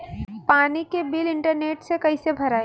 पानी के bill internet से कइसे भराई?